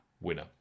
winner